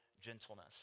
gentleness